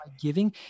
giving